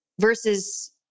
versus